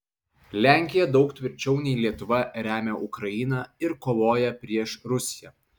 lenkija daug tvirčiau nei lietuva remia ukrainą ir kovoja prieš rusiją